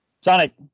Sonic